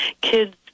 kids